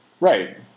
Right